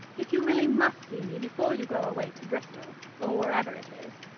if you really must see me before you go away to bristol, or wherever it is,